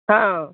ହଁ